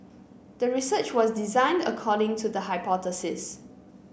the research was designed according to the hypothesis